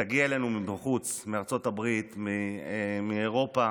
שתגיע אלינו מבחוץ, מארצות הברית, מאירופה,